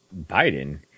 Biden